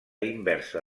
inversa